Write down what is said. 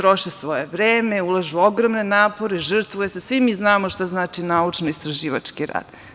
LJudi troše svoje vreme, ulažu ogromne napore, žrtvuju se, svi mi znamo šta znači naučno-istraživački rad.